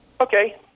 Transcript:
Okay